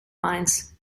mines